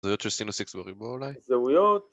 זהויות של סינוס איקס בריבוע אולי? זהויות!